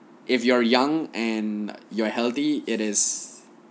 if you are young and you are healthy it is